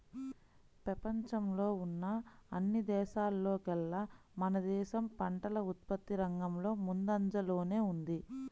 పెపంచంలో ఉన్న అన్ని దేశాల్లోకేల్లా మన దేశం పంటల ఉత్పత్తి రంగంలో ముందంజలోనే ఉంది